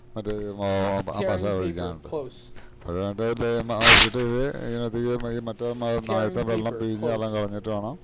മറ്റേ പശ ഒഴിക്കാനായിട്ട് വേണ്ട തേ മ ഒഴിച്ചിട്ട്ത് ഇങ്ങനധിക ഈ മറ്റ ആയത്തെ വെള്ളം പിഴഞ്ഞ് കളഞ്ഞിട്ട് വണം